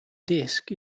disk